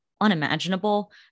unimaginable